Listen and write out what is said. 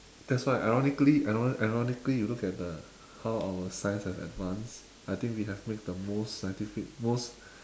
that's why ironically ironically you look at uh how our science have advanced I think we have made the most scientific most